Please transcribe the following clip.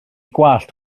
gwallt